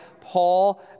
Paul